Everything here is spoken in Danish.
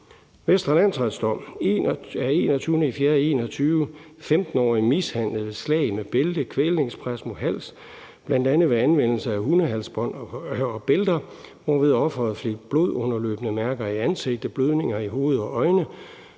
Vestre Landsret af 21. april 2021: En 15-årig blev mishandlet. Der var slag med bælte og kvælningspres mod halsen, bl.a. ved anvendelse af hundehalsbånd og bælter, hvorved offeret fik blodunderløbne mærker i ansigtet og blødninger i hovedet og øjnene.